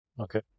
okay